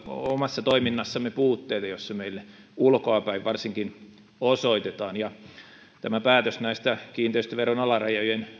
omassa toiminnassamme puutteita varsinkin jos se meille ulkoapäin osoitetaan tämä päätös kiinteistöveron alarajojen